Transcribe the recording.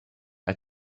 are